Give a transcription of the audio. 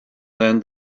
then